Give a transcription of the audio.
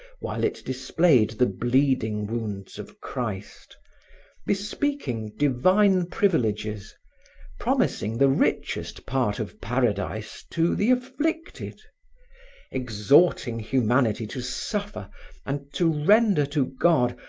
while it displayed the bleeding wounds of christ bespeaking divine privileges promising the richest part of paradise to the afflicted exhorting humanity to suffer and to render to god,